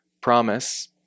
promise